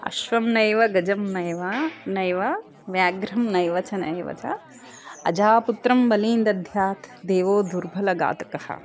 अश्वं नैव गजं नैव नैव व्याघ्रं नैव च नैव च अजापुत्रं बलिं दद्यात् देवो दुर्बल घातकः